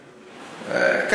מספיק, אדוני.